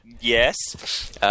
yes